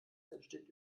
entsteht